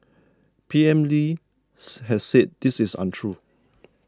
P M Lee has said this is untrue